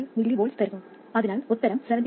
5 mV തരുന്നു അതിനാൽ ഉത്തരം 17